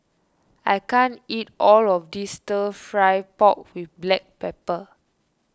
I can't eat all of this Stir Fry Pork with Black Pepper